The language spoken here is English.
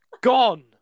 gone